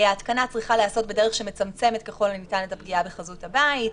ההתקנה צריכה להיעשות בדרך שמצמצמת ככל הניתן את הפגיעה בחזות הבית,